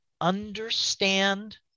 understand